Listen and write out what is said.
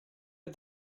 did